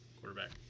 quarterback